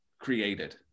created